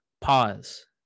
pause